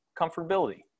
comfortability